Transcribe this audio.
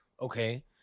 okay